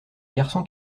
garçons